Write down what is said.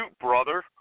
brother